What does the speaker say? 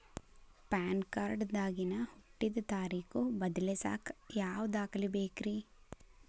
PAN card ದಾಗಿನ ಹುಟ್ಟಿದ ತಾರೇಖು ಬದಲಿಸಾಕ್ ಯಾವ ದಾಖಲೆ ಬೇಕ್ರಿ?